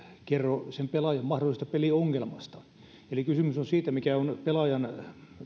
kerro sen pelaajan mahdollisesta peliongelmasta eli kysymys on siitä mikä on pelaajan